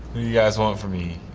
you guys want from me?